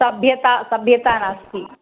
सभ्यता सभ्यता नास्ति